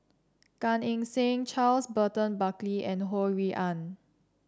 Gan Eng Seng Charles Burton Buckley and Ho Rui An